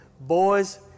boys